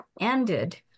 ended